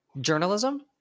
journalism